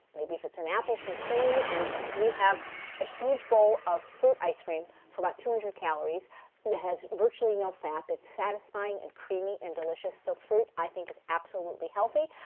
maybe if it's an apple, some cinnamon, and we have a huge bowl of fruit ice cream for about two hundred calories that has virtually no fat, that's satisfying and creamy and delicious, so fruit i think is absolutely healthy.